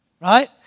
right